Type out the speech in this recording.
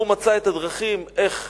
והוא מצא את הדרכים איך